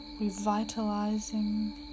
revitalizing